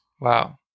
Wow